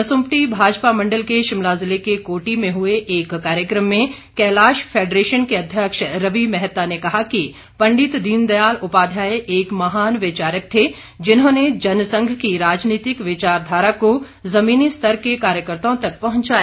कुसुम्पटी भाजपा मंडल के शिमला ज़िले के कोटी में हुए एक कार्यक्रम में कैलाश फैडरेशन के अध्यक्ष रवि मेहता ने कहा कि पंडित दीनदयाल उपाध्याय एक महान विचारक थे जिन्होंने जनसंघ की राजनीतिक विचारधारा को जमीनी स्तर के कार्यकर्ताओं तक पहुंचाया